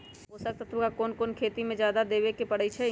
पोषक तत्व क कौन कौन खेती म जादा देवे क परईछी?